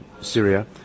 Syria